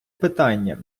питання